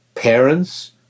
Parents